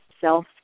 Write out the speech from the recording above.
self